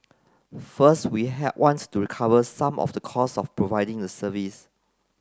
first we have want to recover some of the cost of providing the service